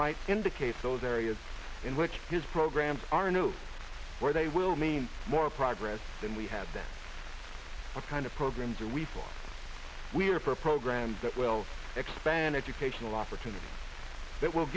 might indicate those areas in which his programs are new where they will mean more progress than we have that kind of programs or we feel we are for programs that will expand educational opportunities that will